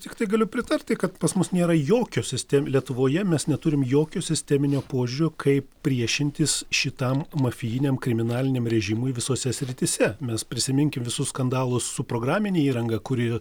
tiktai galiu pritarti kad pas mus nėra jokio sistem lietuvoje mes neturim jokio sisteminio požiūrio kaip priešintis šitam mafijiniam kriminaliniam režimui visose srityse mes prisiminkim visus skandalus su programine įranga kuri